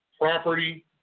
property